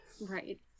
right